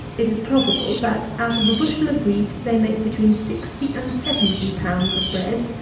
it is probable, that, out of a bushel of wheat, they make between sixty and seventy pounds of bread,